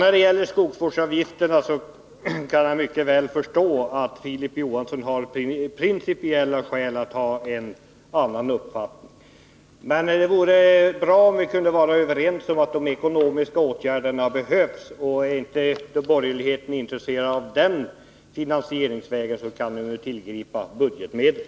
När det gäller skogsvårdsavgifterna kan jag mycket väl förstå att Filip Johansson av principiella skäl har en annan uppfattning. Men det vore bra om vi kunde vara överens om att de ekonomiska åtgärderna behövs. Och om inte borgerligheten är intresserad av den finansieringsvägen, så kan man ju tillgripa budgetmedel.